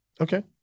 okay